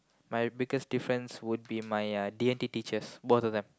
my biggest difference would be my uh D-and-T teachers both of them